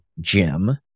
Jim